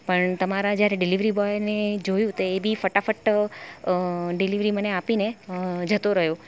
પણ તમારાં જ્યારે ડિલિવરી બોયને જોયું તો એ બી ફટાફટ ડિલિવરી મને આપીને જતો રહ્યો